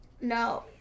No